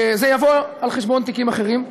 זה יבוא על חשבון תיקים אחרים,